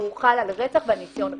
הוא הוחל על רצח ועל ניסיון רצח.